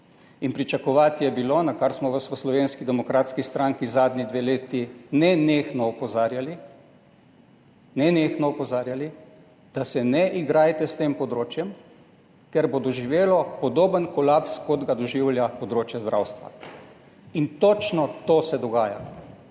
Pričakovati je bilo, na kar smo vas v Slovenski demokratski stranki zadnji dve leti nenehno opozarjali, da se ne igrajte s tem področjem, ker bo doživelo podoben kolaps, kot ga doživlja področje zdravstva. Točno to se dogaja.